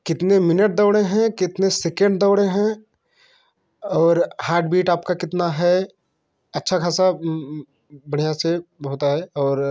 कितने मिनट दौड़े हैं कितने सेकंड दौड़े हैं और हार्टबीट आपकी कितनी है अच्छा ख़ासा बढ़िया से होता है और